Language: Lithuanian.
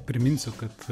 priminsiu kad